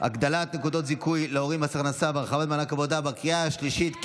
הגדלת נקודות זיכוי להורים במס הכנסה והרחבת מענק עבודה בקריאה השלישית,